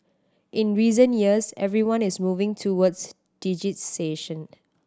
in recent years everyone is moving towards digitisation